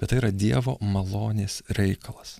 bet tai yra dievo malonės reikalas